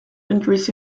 entries